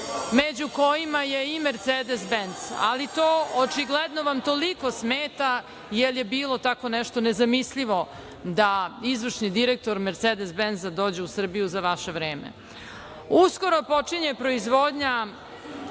među kojima je i „Mercedes benz“. Ali to vam očigledno toliko smeta, jer je bilo tako nešto nezamislivo da izvršni direktor „Mercedes benza“ dođe u Srbiju za vaše vreme. Uskoro počinje proizvodnja